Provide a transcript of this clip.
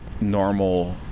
normal